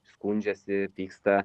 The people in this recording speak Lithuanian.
skundžiasi pyksta